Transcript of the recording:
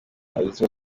udutsiko